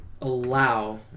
allow